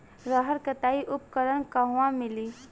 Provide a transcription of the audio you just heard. रहर कटाई उपकरण कहवा मिली?